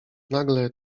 nagle